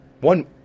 one